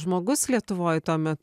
žmogus lietuvoj tuomet